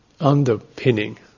underpinning